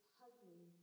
hugging